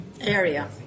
area